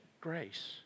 grace